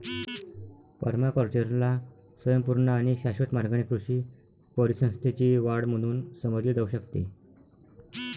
पर्माकल्चरला स्वयंपूर्ण आणि शाश्वत मार्गाने कृषी परिसंस्थेची वाढ म्हणून समजले जाऊ शकते